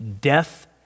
death